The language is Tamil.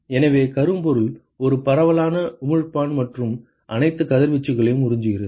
எனவே கரும்பொருள் ஒரு பரவலான உமிழ்ப்பான் மற்றும் அனைத்து கதிர்வீச்சுகளையும் உறிஞ்சுகிறது